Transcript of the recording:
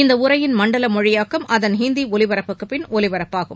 இந்த உரையின் மண்டல மொழியாக்கம் அதன் ஹிந்தி ஒலிபரப்புக்குப்பின் ஒலிபரப்பாகும்